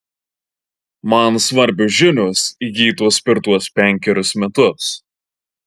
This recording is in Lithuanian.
man svarbios žinios įgytos per tuos penkerius metus